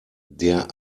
der